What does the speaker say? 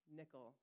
nickel